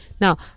Now